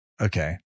okay